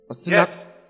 Yes